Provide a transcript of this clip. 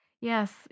yes